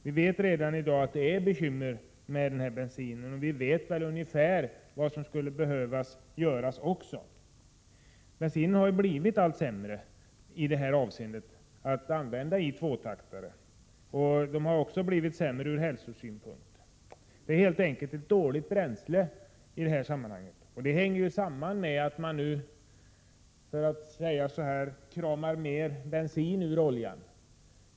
Vi vet redan i dag att man har bekymmer med den här bensinen, och vi vet också ungefär vad som skulle behöva göras. Bensinen har blivit allt sämre i detta avseende, dvs. när den används i tvåtaktsmotorer. Bensinen har också blivit sämre ur hälsosynpunkt. Det är helt enkelt ett dåligt bränsle i detta sammanhang. Detta hänger samman med att man nu så att säga kramar mer bensin ur oljan.